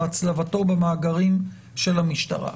להצלבתו במאגרים של המשטרה.